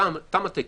תם הטקס.